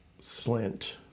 Slint